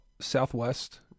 Southwest